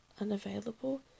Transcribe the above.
unavailable